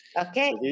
okay